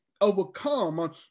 overcome